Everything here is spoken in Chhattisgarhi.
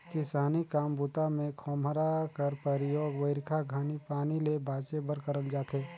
किसानी काम बूता मे खोम्हरा कर परियोग बरिखा घनी पानी ले बाचे बर करल जाथे